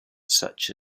such